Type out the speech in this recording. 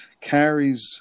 carries